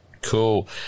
Cool